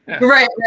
right